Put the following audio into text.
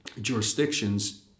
jurisdictions